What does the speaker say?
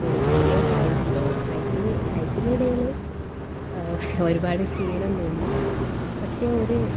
ഓരോ പിന്നെ ഹൈ ഹൈക്കിൽ ഹൈക്കിനിടയിൽ ഒരുപാട് ക്ഷീണം തോന്നി പക്ഷേ ഒരു